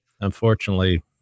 unfortunately